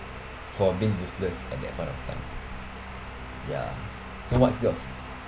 for being useless at that point of time ya so what's yours